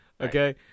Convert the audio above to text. Okay